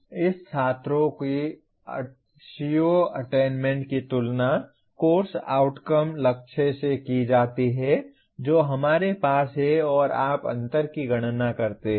अब इस छात्रों की CO अटेन्मेन्ट की तुलना कोर्स आउटकम लक्ष्य से की जाती है जो हमारे पास है और आप अंतर की गणना करते हैं